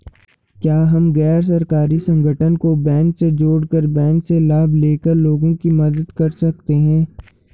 क्या हम गैर सरकारी संगठन को बैंक से जोड़ कर बैंक से लाभ ले कर लोगों की मदद कर सकते हैं?